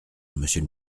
monsieur